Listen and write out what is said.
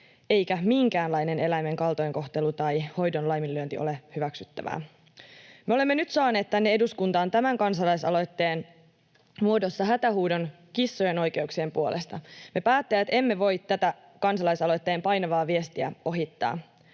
eikä minkäänlainen eläimen kaltoinkohtelu tai hoidon laiminlyönti ole hyväksyttävää. Me olemme nyt saaneet tänne eduskuntaan, tämän kansalaisaloitteen muodossa, hätähuudon kissojen oikeuksien puolesta. Me päättäjät emme voi tätä kansalaisaloitteen painavaa viestiä ohittaa,